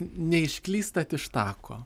neišklystat iš tako